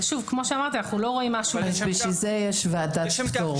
לכן יש ועדת פטור.